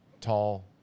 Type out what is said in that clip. tall